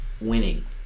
winning